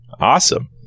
Awesome